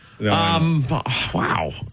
Wow